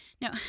No